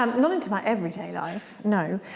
um not into my everyday life, no.